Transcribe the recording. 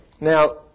Now